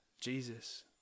Jesus